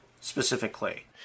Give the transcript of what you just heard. specifically